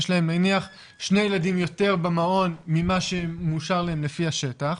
יש להם נניח שני ילדים יותר במעון ממה שמאושר להם לפי השטח,